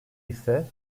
ise